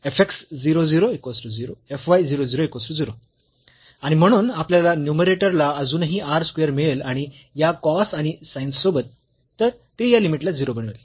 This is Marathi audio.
आणि म्हणून आपल्याला न्यूमरेटर ला अजूनही r स्क्वेअर मिळेल आणि या cos आणि sin सोबत तर ते या लिमिटला 0 बनवेल